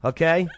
Okay